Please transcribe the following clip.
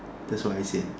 that's what I said